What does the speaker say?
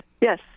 Yes